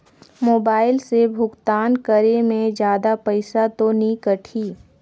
Mobile से भुगतान करे मे जादा पईसा तो नि कटही?